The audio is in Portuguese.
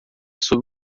sob